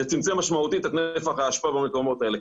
זה צמצם משמעותית את נפח האשפה במקומות האלה.